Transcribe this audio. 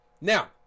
Now